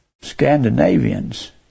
Scandinavians